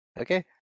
Okay